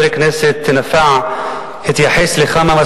יש מנגנונים שבהם אפשר לייצר, אפשר